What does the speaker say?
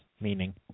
Meaning